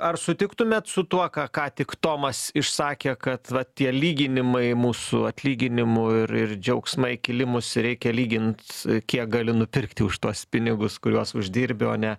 ar sutiktumėt su tuo ką ką tik tomas išsakė kad vat tie lyginimai mūsų atlyginimų ir ir džiaugsmai kilimus reikia lygint kiek gali nupirkti už tuos pinigus kuriuos uždirbi o ne